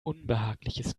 unbehagliches